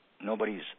Nobody's